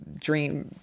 Dream